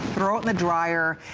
throw it in the dryer.